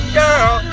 girl